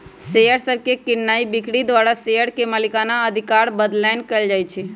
share सभके कीनाइ बिक्री द्वारा शेयर के मलिकना अधिकार बदलैंन कएल जाइ छइ